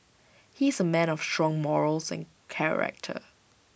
he's A man of strong morals and character